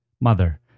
Mother